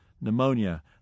pneumonia